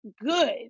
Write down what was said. good